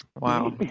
Wow